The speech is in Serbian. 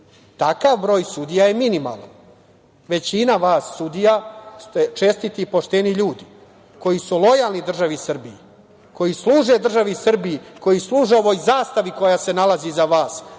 takav broj sudija je minimalan. Većina vas sudija ste čestiti i pošteni ljudi koji su lojalni državi Srbiji, koji služe državi Srbiji, koji služe ovoj zastavi koja se nalazi iza vas,